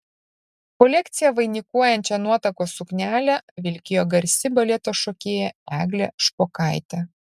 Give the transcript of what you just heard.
kolekciją vainikuojančią nuotakos suknelę vilkėjo garsi baleto šokėja eglė špokaitė